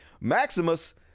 maximus